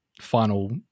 final